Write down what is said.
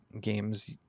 games